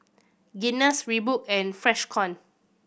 Guinness Reebok and Freshkon